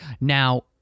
Now